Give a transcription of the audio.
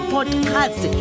Podcast